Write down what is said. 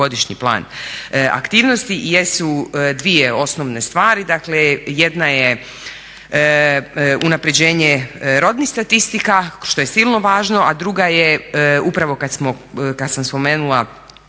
ovogodišnji plan aktivnosti jesu dvije osnovne stvari, dakle jedna je unapređenje rodnih statistika što je silno važno. A druga je upravo kad sam spomenula